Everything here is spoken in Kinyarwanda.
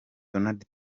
donald